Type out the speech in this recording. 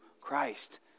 Christ